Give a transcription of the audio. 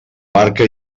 barca